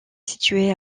situé